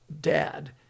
dad